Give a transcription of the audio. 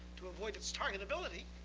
to avoid its targetability,